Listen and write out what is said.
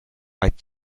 i’d